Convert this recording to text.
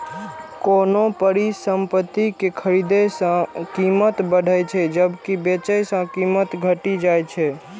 कोनो परिसंपत्ति कें खरीदने सं कीमत बढ़ै छै, जबकि बेचै सं कीमत घटि जाइ छै